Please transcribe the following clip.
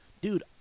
dude